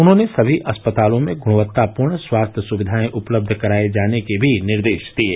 उन्होंने सभी अस्पतालों में गुणवत्तापूर्ण स्वास्थ्य सुविधाएं उपलब्ध कराये जाने के भी निर्देश दिये